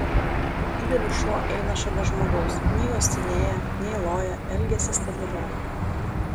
didelis šuo eina šalia žmogaus nei uostinėją nei loja elgiasi stabiliau